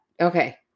Okay